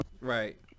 right